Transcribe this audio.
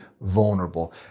vulnerable